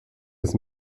des